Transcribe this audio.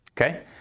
okay